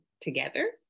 together